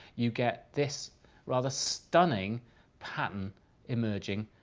you get this rather stunning pattern emerging.